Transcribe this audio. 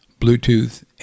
Bluetooth